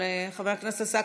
אבל חבר הכנסת עסאקלה,